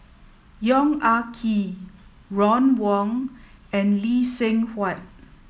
Yong Ah Kee Ron Wong and Lee Seng Huat